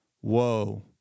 Whoa